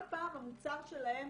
כל פעם המוצר שלהם